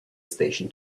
station